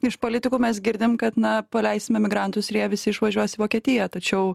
iš politikų mes girdim kad na paleisime migrantus ir jie visi išvažiuos į vokietiją tačiau